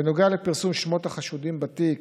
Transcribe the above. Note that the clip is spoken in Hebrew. בנוגע לפרסום שמות החשודים בתיק,